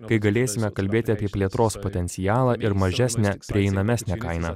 kai galėsime kalbėti apie plėtros potencialą ir mažesnę prieinamesnę kainą